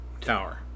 Tower